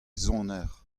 soner